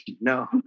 No